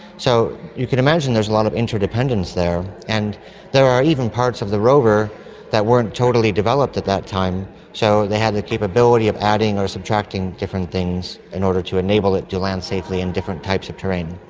so you can imagine there's a lot of interdependence there, and there are even parts of the rover that weren't totally developed at that time, so they had the capability of adding or subtracting different things in order to enable it to land safely in different types of terrain.